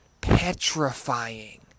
petrifying